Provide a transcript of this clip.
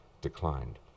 declined